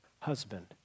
husband